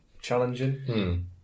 challenging